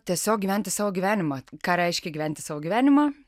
tiesiog gyventi savo gyvenimą ką reiškia gyventi savo gyvenimą